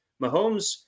mahomes